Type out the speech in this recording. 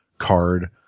Card